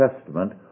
Testament